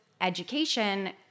education